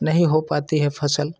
नहीं हो पाती है फ़सल